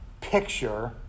picture